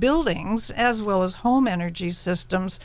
buildings as well as home energy systems